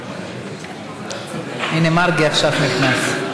הינה, מרגי עכשיו נכנס.